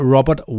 Robert